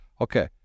Okay